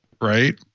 right